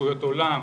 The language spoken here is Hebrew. אליפויות עולם,